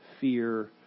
fear